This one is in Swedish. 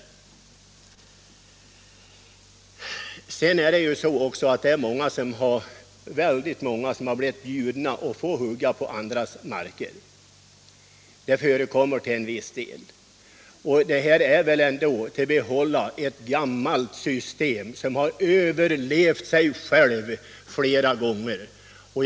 Dessutom är det, som redan har framhållits här, väldigt många som erbjuds att hugga på andras marker. Det här är väl ändå ett system som har överlevt sig självt många gånger om.